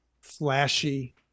flashy